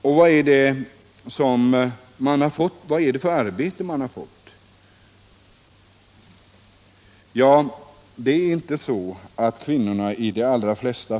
Och vad är det för sorts arbeten de har fått?